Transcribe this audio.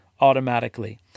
automatically